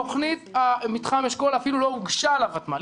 תוכנית מתחם אשכול אפילו לא הוגשה לותמ"ל.